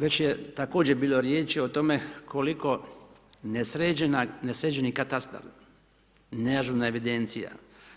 Već je također bilo riječ o tome koliko nesređeni katastar neažurna evidencija,